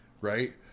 right